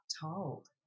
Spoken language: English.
told